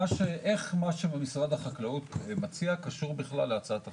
איך מה שמשרד החקלאות מציע קשור בכלל להצעת החוק?